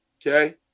Okay